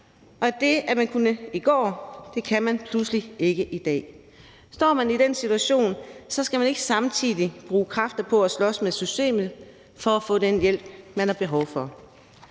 at det, man kunne i går, kan man pludselig ikke i dag. Står man i den situation, skal man ikke samtidig bruge kræfter på at slås med systemet for at få den hjælp, man har behov for.